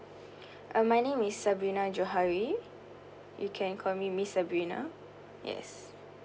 uh my name is sabrina johari you can call me miss sabrina yes